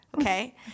okay